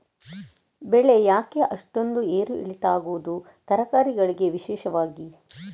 ಬೆಳೆ ಯಾಕೆ ಅಷ್ಟೊಂದು ಏರು ಇಳಿತ ಆಗುವುದು, ತರಕಾರಿ ಗಳಿಗೆ ವಿಶೇಷವಾಗಿ?